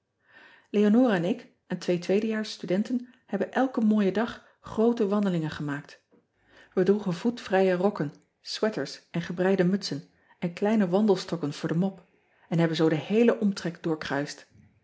eonora en ik en twee tweede jaars studenten hebben elken mooien dag groote wandelingen gemaakt ij droegen voetvrije rokken sweeters en gebreide mutsen en kleine wandelstokken voor de mop en hebben zoo den heelen omtrek droorkruist